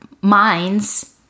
minds